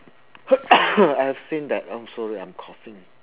I have seen that I'm sorry I'm coughing